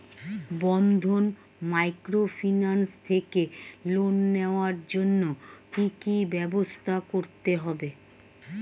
বন্ধন microfinance থেকে loan নেওয়ার জন্য কি কি ব্যবস্থা করতে হবে?